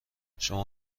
شما